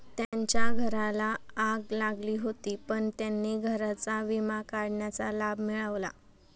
त्यांच्या घराला आग लागली होती पण त्यांना घराचा विमा काढण्याचा लाभ मिळाला